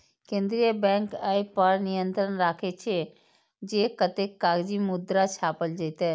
केंद्रीय बैंक अय पर नियंत्रण राखै छै, जे कतेक कागजी मुद्रा छापल जेतै